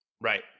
Right